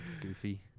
goofy